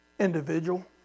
Individual